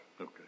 Okay